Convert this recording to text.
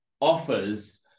offers